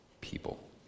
people